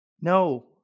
No